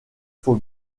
faut